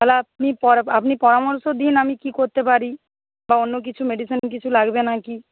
তাহলে আপনি আপনি পরামর্শ দিন আমি কী করতে পারি বা অন্য কিছু মেডিসিন কিছু লাগবে না কি